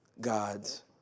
God's